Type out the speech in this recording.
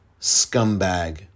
scumbag